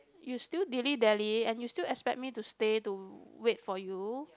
you still dilly-dally and you still expect me to stay to wait for you